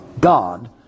God